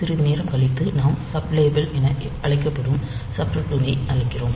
சிறிது நேரம் கழித்து நாம் சப் லேபல் என்று அழைக்கப்படும் சப்ரூட்டீனை அழைக்கிறோம்